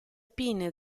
pinne